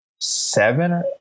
Seven